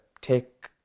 take